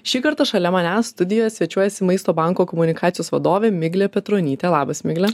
šį kartą šalia manęs studijoje svečiuojasi maisto banko komunikacijos vadovė miglė petronytė labas migle